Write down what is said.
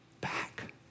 back